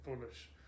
foolish